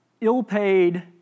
ill-paid